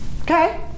Okay